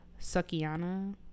Sukiana